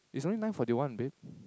it's only nine forty one babe